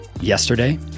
Yesterday